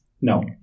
No